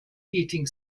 heating